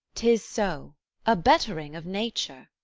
tis so a bettering of nature.